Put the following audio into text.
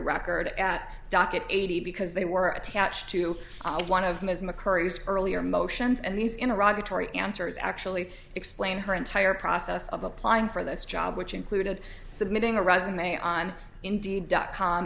record at docket eighty because they were attached to one of ms mccurry used earlier motions and these in iraq dettori answers actually explain her entire process of applying for this job which included submitting a resume on indeed dot com